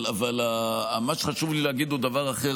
אבל מה שחשוב לי להגיד הוא דבר אחר,